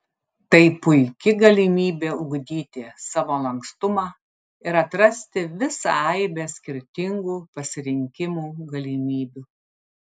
tai puiki galimybė ugdyti savo lankstumą ir atrasti visą aibę skirtingų pasirinkimų galimybių